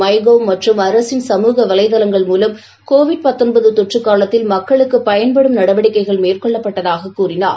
my கவ் மற்றும் அரசின் சமுக வலைதலங்கள் மூலம் கோவிட் தொற்று காலத்தில் மக்களுக்குப் பயன்படும் நடவடிக்கைகள் மேற்கொள்ளப்பட்டதாக கூறினார்